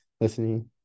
listening